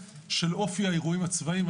של אופי האירועים הצבאיים.